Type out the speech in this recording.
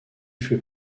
fut